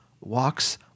walks